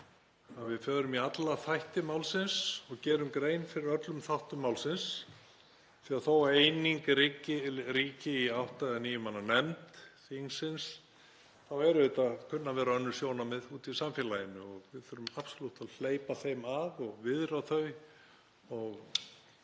að við förum í alla þætti málsins og gerum grein fyrir öllum þáttum málsins, því að þótt eining ríki í átta eða níu manna nefnd þingsins þá kunna auðvitað að vera önnur sjónarmið úti í samfélaginu. Við þurfum absalút að hleypa þeim að og viðra þau og